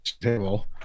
table